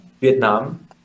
Vietnam